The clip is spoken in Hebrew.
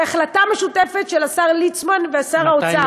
בהחלטה משותפת של השר ליצמן ושר האוצר?